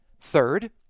Third